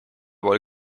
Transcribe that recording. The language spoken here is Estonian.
poole